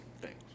thanks